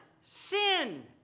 Sin